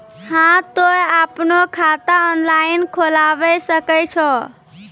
हाँ तोय आपनो खाता ऑनलाइन खोलावे सकै छौ?